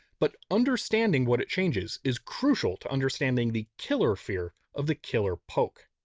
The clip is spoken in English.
but understanding what it changes is crucial to understanding the killer fear of the killer poke.